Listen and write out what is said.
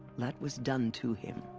that was done to him.